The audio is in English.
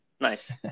Nice